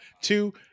Two